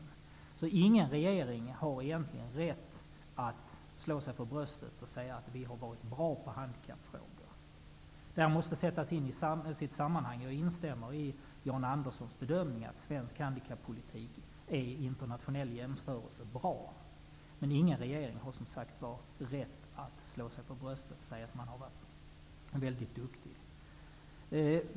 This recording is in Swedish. Ingen regering har egentligen rätt att slå sig för bröstet och säga att den har varit bra på handikappfrågor. Detta måste ses i sitt sammanhang, och jag instämmer i Jan Anderssons bedömning att svensk handikappolitik vid en internationell jämförelse står sig bra, men ändå har ingen regering rätt att slå sig för bröstet och säga att den har varit mycket duktig.